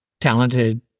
talented